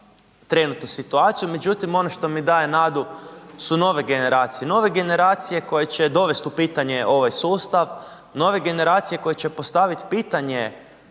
trenutnu situaciju, međutim, ono što mi daje nadu su nove generacije. Nove generacije koje će dovesti u pitanje ovaj sustav, nove generacije koje će postavit pitanje